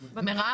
סמכות?